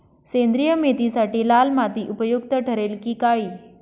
सेंद्रिय मेथीसाठी लाल माती उपयुक्त ठरेल कि काळी?